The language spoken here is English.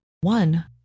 One